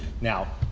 Now